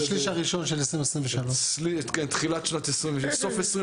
בשליש הראשון של 2023. סוף 2022,